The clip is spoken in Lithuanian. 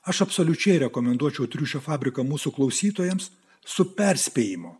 aš absoliučiai rekomenduočiau triušio fabriką mūsų klausytojams su perspėjimu